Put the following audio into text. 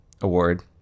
Award